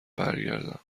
برگردم